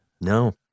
No